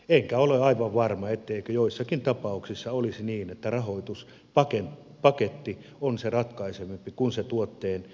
enkä ole aivan varma etteikö joissakin tapauksissa olisi niin että rahoituspaketti on ratkaisevampi kuin se tuotteen hinta maailmanmarkkinoilla